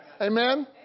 Amen